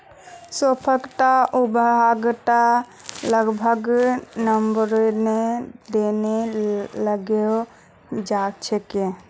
सौंफक उगवात लगभग नब्बे दिन लगे जाच्छे